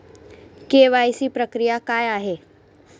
KYC प्रक्रिया काय आहे?